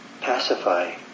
pacify